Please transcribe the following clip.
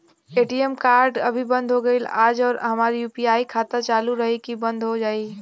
ATM card अभी बंद हो गईल आज और हमार यू.पी.आई खाता चालू रही की बन्द हो जाई?